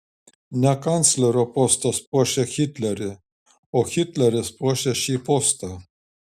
ne kanclerio postas puošia hitlerį o hitleris puošia šį postą